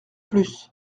plus